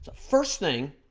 first thing